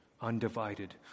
undivided